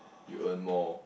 you earn more